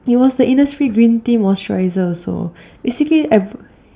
it was the Innisfree green tea moisturizer so basically I